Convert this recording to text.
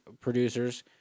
producers